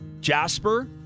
Jasper